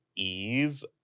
ease